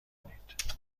کنید